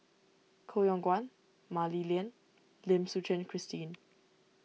Koh Yong Guan Mah Li Lian Lim Suchen Christine